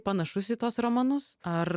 panašus į tuos romanus ar